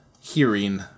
hearing